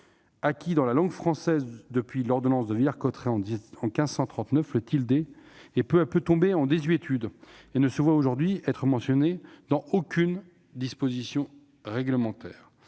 Admis dans la langue française depuis l'ordonnance de Villers-Cotterêts de 1539, le tilde est peu à peu tombé en désuétude et n'est aujourd'hui mentionné dans aucune disposition réglementaire.